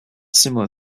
similar